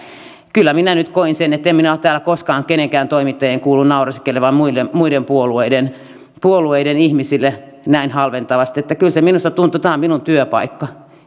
kyllä minä nyt koin niin että en minä ole täällä koskaan kenenkään toimittajien kuullut naureskelevan muiden puolueiden puolueiden ihmisille näin halventavasti että kyllä se minusta siltä tuntui tämä on minun työpaikkani